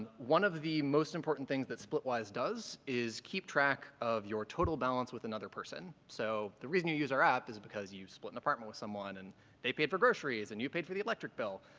one of the most important things that splitwise does is keep track of your total balance with another person, so the reason you use our app is because you split an apartment with someone and they paid for groceries, and you paid for the electric bill,